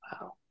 Wow